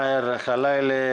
מאהר ח'חלילה ,